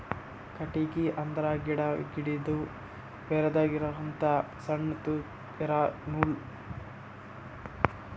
ಕಟ್ಟಿಗಿ ಅಂದ್ರ ಗಿಡಾ, ಗಿಡದು ಬೇರದಾಗ್ ಇರಹಂತ ಸಣ್ಣ್ ತೂತಾ ಇರಾ ನೂಲ್